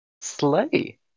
Slay